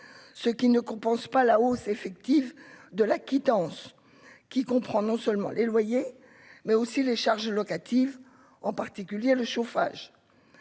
ce qui ne compensent pas la hausse effective de la quittance qui comprend non seulement les loyers, mais aussi les charges locatives, en particulier le chauffage,